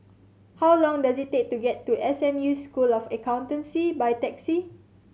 how long does it take to get to S M U School of Accountancy by taxi